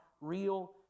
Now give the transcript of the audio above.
real